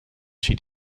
she